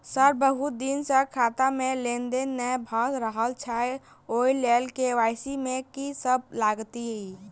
Sir बहुत दिन सऽ खाता मे लेनदेन नै भऽ रहल छैय ओई लेल के.वाई.सी मे की सब लागति ई?